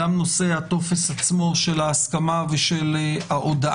גם נושא טופס ההסכמה וההודעה.